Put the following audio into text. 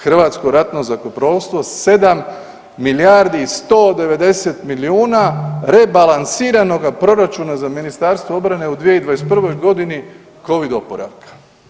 Hrvatsko ratno zrakoplovstvo 7 milijardi i 190 milijuna rebalansiranoga proračuna za Ministarstvo obrane u 2021. godini Covid oporavka.